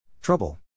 Trouble